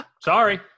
Sorry